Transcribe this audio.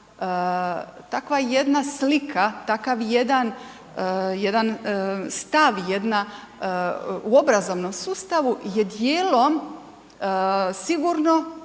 takva jedna slika, takav jedan stav, jedna u obrazovnom sustavu je dijelom sigurno